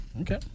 Okay